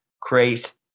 create